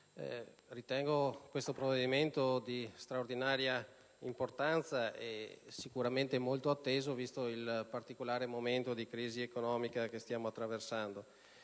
ritengo questo provvedimento di straordinaria importanza e sicuramente molto atteso, considerato il particolare momento di crisi economica che stiamo attraversando.